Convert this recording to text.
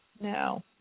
no